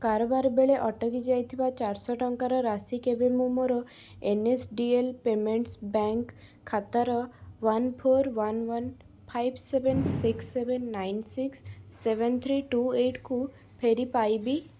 କାରବାର ବେଳେ ଅଟକି ଯାଇଥିବା ଚାରିଶ ଟଙ୍କାର ରାଶି କେବେ ମୁଁ ମୋର N S D L payments bank ଖାତାର one four one one five seven six seven nine six seven three two ଏଇଟକୁ ଫେରି ପାଇବି